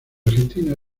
argentina